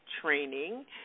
training